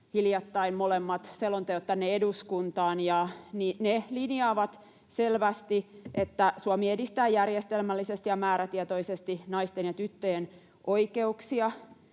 kehitystä koskeva selonteko tänne eduskuntaan, ja ne linjaavat selvästi, että Suomi edistää järjestelmällisesti ja määrätietoisesti naisten ja tyttöjen oikeuksia.